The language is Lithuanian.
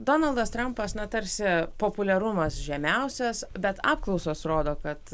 donaldas trampas tarsi populiarumas žemiausias bet apklausos rodo kad